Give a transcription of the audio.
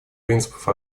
принципов